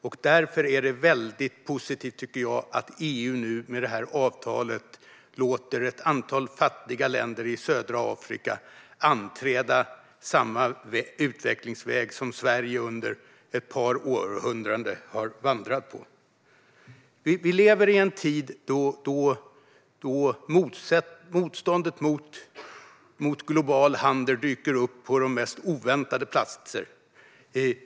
Därför tycker jag att det är väldigt positivt att EU nu, med detta avtal, låter ett antal fattiga länder i södra Afrika beträda samma utvecklingsväg som Sverige under ett par århundraden har vandrat på. Vi lever i en tid då motståndet mot global handel dyker upp på de mest oväntade platser.